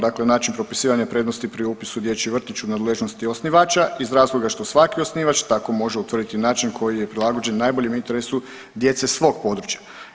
Dakle način propisivanja prednosti pri upisu u dječji vrtić u nadležnosti je osnivača iz razloga što svaki osnivač tako može utvrditi način koji je prilagođen najboljem interesu djece svog područja.